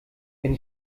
wenn